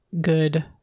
good